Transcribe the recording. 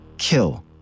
Kill